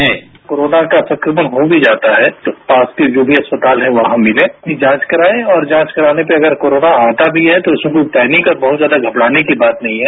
sound bite corona का संक्रमण हो भी जाता है तो पास के जो भी अस्पताल हैं वहां मिलें अपनी जांच कराएं और जांच कराने पर अगर कोरोना आता भी है तो उससे कोई पैनिक या बहत ज्यादा घबराने की बात नहीं है